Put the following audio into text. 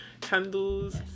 Candles